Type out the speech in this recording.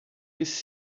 this